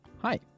hi